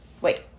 Wait